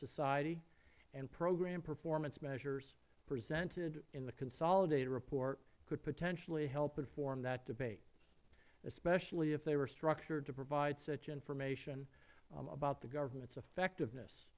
society and program performance measures presented in the consolidated report could potentially help inform that debate especially if they were structured to provide such information about the governments effectiveness